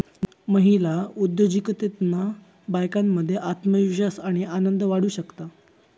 महिला उद्योजिकतेतना बायकांमध्ये आत्मविश्वास आणि आनंद वाढू शकता